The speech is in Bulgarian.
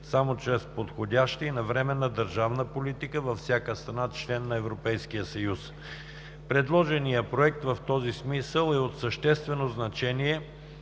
само чрез подходяща и навременна държавна политика във всяка страна – член на Европейския съюз. Предложеният Законопроект в този смисъл е от съществено значение